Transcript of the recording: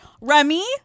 Remy